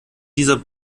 dieser